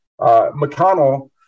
McConnell